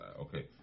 okay